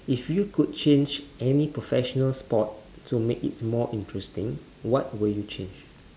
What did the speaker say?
if you could change any professional sport to make it more interesting what would you change